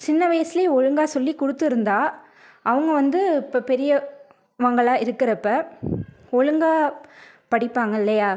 சின்ன வயசில் ஒழுங்காக சொல்லி கொடுத்துருந்தா அவங்க வந்து இப்போ பெரியவங்களாக இருக்கிறப்ப ஒழுங்கா படிப்பாங்க இல்லையா